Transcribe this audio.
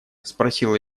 спросила